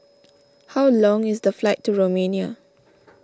how long is the flight to Romania